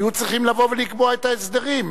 היו צריכים לבוא ולקבוע את ההסדרים.